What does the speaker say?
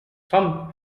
sommes